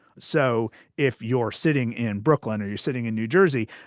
so if you're sitting in brooklyn or you're sitting in new jersey,